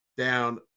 Down